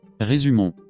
Résumons